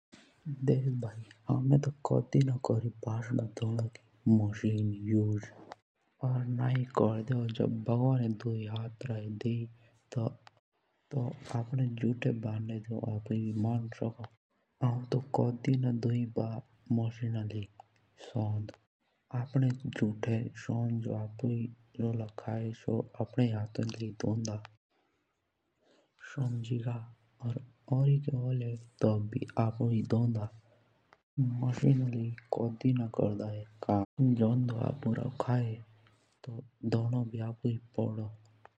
हमे तो कोड़ी ना कोर्दे भाषण मञ्जणा की मशीन इस्तमाल जब भगवानै दुई हाथ रये दबायी आपणे झूठे बरतन आपयोई भी मञ्ज सोकों की तेतुक भी मशीन ल्याणी हौं तो कोड़ी धुई दा मचीनो लेयी सोंद भासन।